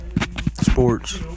Sports